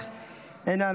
מוותרת,